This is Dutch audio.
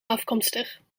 afkomstig